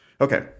Okay